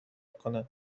کنند